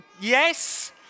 Yes